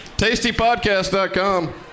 Tastypodcast.com